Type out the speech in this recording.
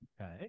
Okay